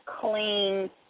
clean